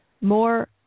more